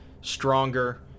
stronger